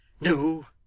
no,